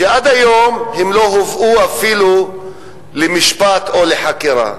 ועד היום הם לא הובאו אפילו למשפט או לחקירה.